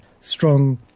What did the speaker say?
strong